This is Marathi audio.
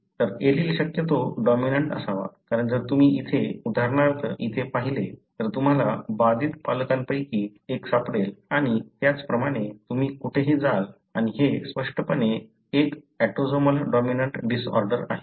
तर एलील शक्यतो डॉमिनंट असावा कारण जर तुम्ही इथे उदाहरणार्थ इथे पाहिले तर तुम्हाला बाधित पालकांपैकी एक सापडेल आणि त्याचप्रमाणे तुम्ही कुठेही जाल आणि हे स्पष्टपणे एक ऑटोसोमल डॉमिनंट डिसऑर्डर आहे